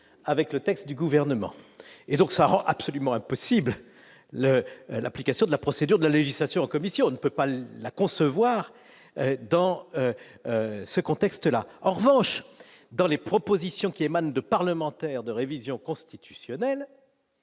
avec le texte du gouvernement et donc ça rend absolument impossible le l'application de la procédure de législation comme ici, on ne peut pas le la concevoir, dans ce contexte-là, en revanche, dans les propositions qui émanent de parlementaires de révision constitutionnelle,